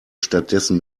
stattdessen